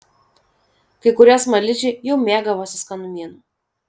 kai kurie smaližiai jau mėgavosi skanumynu